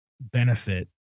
benefit